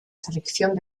selección